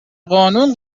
قانون